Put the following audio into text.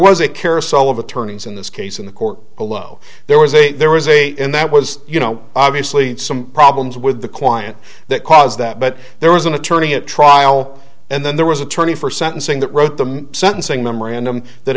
was a carousel of attorneys in this case in the court below there was a there was a and that was you know obviously some problems with the client that caused that but there was an attorney at trial and then there was attorney for sentencing that wrote the sentencing memorandum that